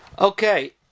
Okay